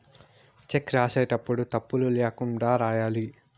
check రాసేటప్పుడు తప్పులు ల్యాకుండా రాయాలి